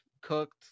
Cooked